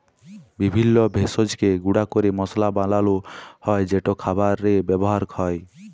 বিভিল্য ভেষজকে গুঁড়া ক্যরে মশলা বানালো হ্যয় যেট খাবারে ব্যাবহার হ্যয়